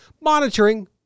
monitoring